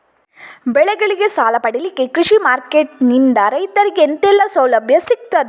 ಬೆಳೆಗಳಿಗೆ ಸಾಲ ಪಡಿಲಿಕ್ಕೆ ಕೃಷಿ ಮಾರ್ಕೆಟ್ ನಿಂದ ರೈತರಿಗೆ ಎಂತೆಲ್ಲ ಸೌಲಭ್ಯ ಸಿಗ್ತದ?